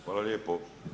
Hvala lijepo.